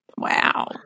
Wow